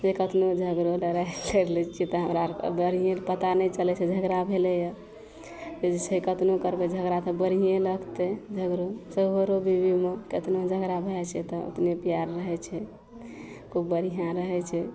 के कतनो झगड़ो लड़ाइ करि लै छिए तऽ हमरा आओरके आओर बाहरीके पता नहि चलै छै झगड़ा भेलैए से जे छै कतनो करबै झगड़ा तऽ बढ़िएँ लगतै झगड़ो शहरो उहरोमे कतनो झगड़ा भै जाइ छै तऽ अपने पिआरमे होइ छै खूब बढ़िआँ रहै छै